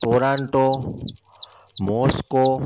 Toronto Moscow